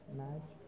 match